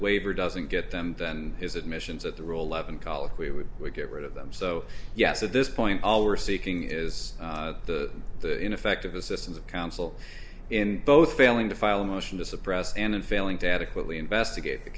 waiver doesn't get them then his admissions at the rule eleven colloquy would we get rid of them so yes at this point all we're seeking is the ineffective assistance of counsel in both failing to file a motion to suppress and in failing to adequately investigate the